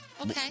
Okay